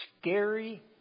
scary